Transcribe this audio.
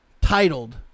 Titled